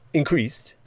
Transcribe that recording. increased